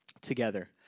together